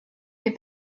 les